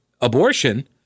abortion